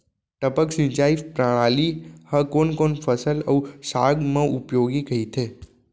टपक सिंचाई प्रणाली ह कोन कोन फसल अऊ साग म उपयोगी कहिथे?